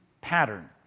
pattern